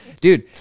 dude